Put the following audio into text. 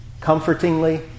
comfortingly